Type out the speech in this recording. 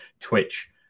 twitch